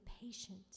patient